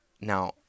Now